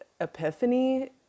epiphany